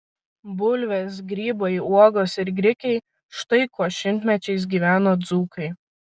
bulvės grybai uogos ir grikiai štai kuo šimtmečiais gyveno dzūkai